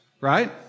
right